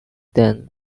then